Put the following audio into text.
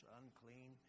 unclean